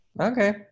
Okay